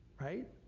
right